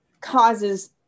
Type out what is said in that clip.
causes